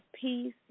peace